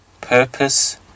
purpose